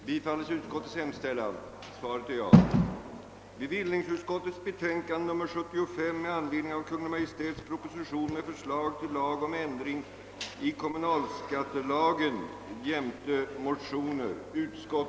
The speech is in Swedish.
Herr talman! Jag ber att få anmäla att jag vid den första voteringen beträffande bevillningsutskottets betänkande nr 75 röstade nej, medan jag avsåg att rösta ja. Denna proposition hänvisades omedelbart till lagutskott.